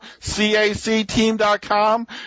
CACTeam.com